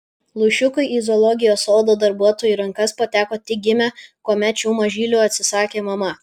lūšiukai į zoologijos sodo darbuotojų rankas pateko tik gimę kuomet šių mažylių atsisakė mama